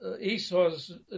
Esau's